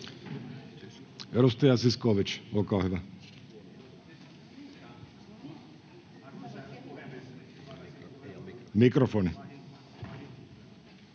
Mikrofoni.